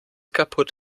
kaputt